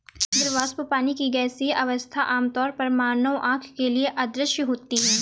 जल वाष्प, पानी की गैसीय अवस्था, आमतौर पर मानव आँख के लिए अदृश्य होती है